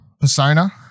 Persona